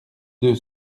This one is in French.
deux